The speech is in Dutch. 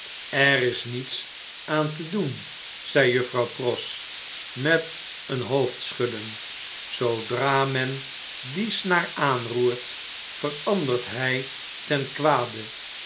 er is niets aan te doenj zei juffrouw pross met een hoofdschudden zoodra men die snaar aanroert verandert hij ten kwade